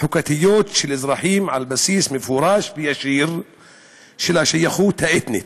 חוקתיות של אזרחים על בסיס מפורש וישיר של שייכות אתנית.